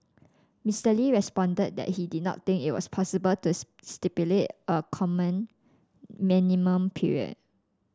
Mister Lee responded that he did not think it was possible to stipulate a common minimum period